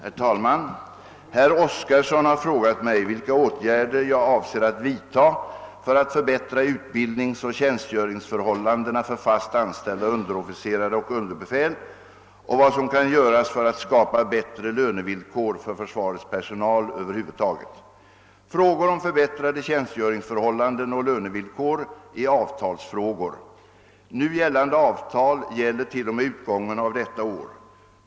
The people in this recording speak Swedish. Herr talman! Herr Oskarson har frågat mig vilka åtgärder jag avser att vidtaga för att förbättra utbildningsoch tjänstgöringsförhållandena för fast anställda underofficerare och underbefäl och vad som kan göras för att skapa bättre lönevillkor för försvarets personal över huvud taget. Frågor om förbättrade tjänstgöringsförhållanden och lönevillkor är avtalsfrågor. Nu gällande avtal gäller t.o.m. utgången av detta år.